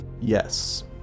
yes